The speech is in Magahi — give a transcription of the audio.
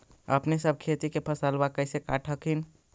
अपने सब खेती के फसलबा कैसे काट हखिन?